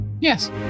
Yes